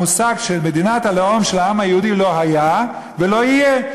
המושג "מדינת הלאום של העם היהודי" לא היה ולא יהיה.